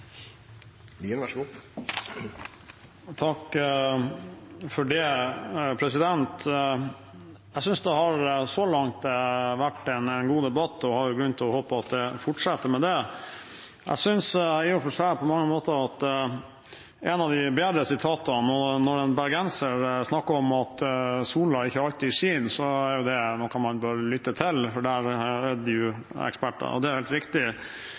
Jeg synes det så langt har vært en god debatt, og jeg har grunn til å håpe at det fortsetter med det. Jeg synes i og for seg at et av de bedre sitatene er når en bergenser snakker om at sola ikke alltid skinner. Det er noe man bør lytte til, for der er de eksperter. Og det er jo helt riktig,